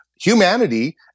humanity